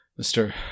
Mr